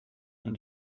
and